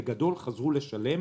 בגדול חזרו לשלם.